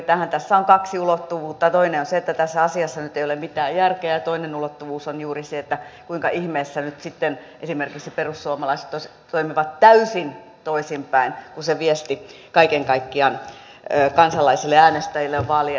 tässä on kaksi ulottuvuutta ja toinen on se että tässä asiassa nyt ei ole mitään järkeä ja toinen ulottuvuus on juuri se että kuinka ihmeessä nyt esimerkiksi perussuomalaiset toimivat täysin toisinpäin kuin se viesti kaiken kaikkiaan kansalaisille ja äänestäjille on vaaleja ennen mennyt